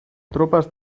tropas